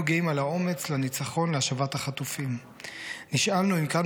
גאים על האומץ לניצחון להשבת החטופים // נשאלנו אם כאן